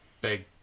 big